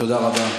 תודה רבה.